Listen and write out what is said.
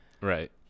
right